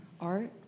art